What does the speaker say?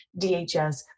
DHS